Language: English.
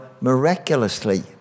miraculously